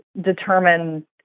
determine